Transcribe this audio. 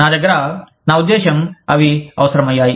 నా దగ్గర నా ఉద్దేశ్యం అవి అవసరమయ్యాయి